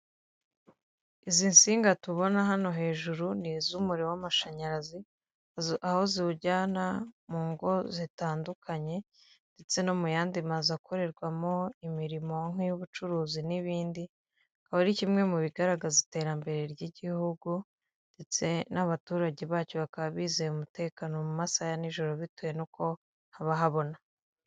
Izi nsinga tubona hano hejuru ni iz'umuriro w'amashanyarazi aho ziwujyana mu ngo zitandukanye ndetse no mu yandi mazu akorerwamo imirimo nk'iy'ubucuruzi n'ibindi, akaba ari kimwe mu bigaragaza iterambere ry'igihugu ndetse n'abaturage bacyo bakaba bizeye umutekano mu masaha ya nijoro bitewe n'uko haba habona.